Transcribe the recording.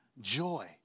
joy